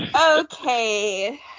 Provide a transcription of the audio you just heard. Okay